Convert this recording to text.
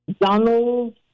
Donald